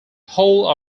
whole